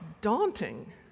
daunting